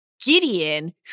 Gideon